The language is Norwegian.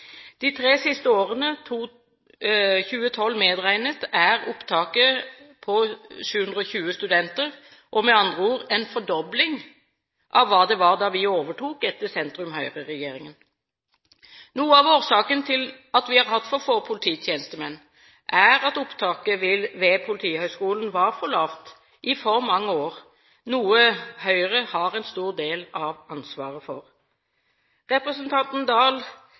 De tre siste årene, 2012 medregnet, har opptaket vært på 720 studenter – med andre ord en fordobling av hva det var da vi overtok etter sentrum–Høyre-regjeringen. Noe av årsaken til at vi har hatt for få polititjenestemenn, er at opptaket ved Politihøgskolen var for lavt i for mange år, noe Høyre har en stor del av ansvaret for. Representanten